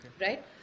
right